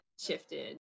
shifted